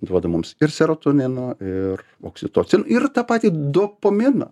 duoda mums ir serotoninų ir oksitocin ir tą patį dopaminą